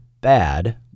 bad